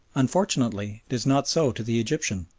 unfortunately it is not so to the egyptian.